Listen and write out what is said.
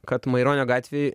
kad maironio gatvėj